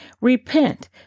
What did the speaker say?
Repent